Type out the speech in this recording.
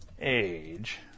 age